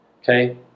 okay